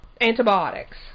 antibiotics